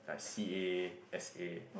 like C_A S_A